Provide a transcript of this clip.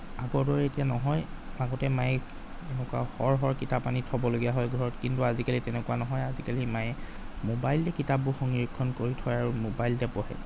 আগৰ দৰে এতিয়া নহয় আগতে মায়ে এনেকুৱা সৰহ সৰহ কিতাপ আনি থ'বলগীয়া হয় ঘৰত কিন্তু আজিকালি তেনেকুৱা নহয় আজিকালি মায়ে ম'বাইলতে কিতাপবোৰ সংৰক্ষণ কৰি থয় আৰু ম'বাইলতে পঢ়ে